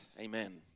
amen